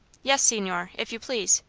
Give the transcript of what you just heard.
yes, signore, if you please,